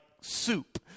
soup